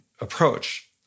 approach